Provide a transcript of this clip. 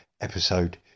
episode